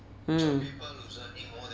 mm